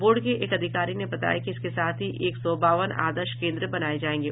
board के एक अधिकारी ने बताया कि इसके साथ ही एक सौ बावन आदर्श केन्द्र बनाये जायेंगे